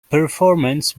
performance